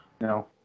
No